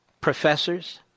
professors